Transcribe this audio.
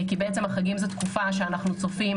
כי זו תקופה שאנו צופים